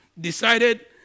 decided